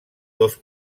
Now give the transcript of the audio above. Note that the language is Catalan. dos